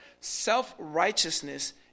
Self-righteousness